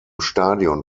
stadion